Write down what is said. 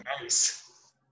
nice